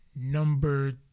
Number